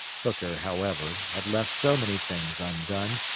hooker, however, had left so many things undone,